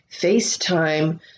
FaceTime